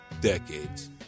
decades